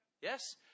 Yes